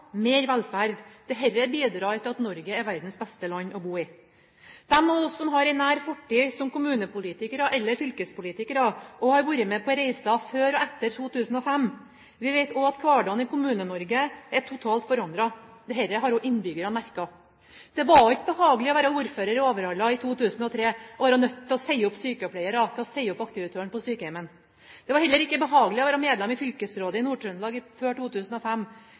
mer velferd. Dette bidrar til at Norge er verdens beste land å bo i. De av oss som har en nær fortid som kommunepolitikere eller fylkespolitikere, og har vært med på reiser før og etter 2005, vet også at hverdagen i Kommune-Norge er totalt forandret. Dette har også innbyggerne merket. Det var ikke behagelig å være ordfører i Overhalla i 2003 og være nødt til å si opp sykepleiere og si opp aktivitøren på sykehjemmet. Det var heller ikke behagelig å være medlem av fylkesrådet i Nord-Trøndelag før 2005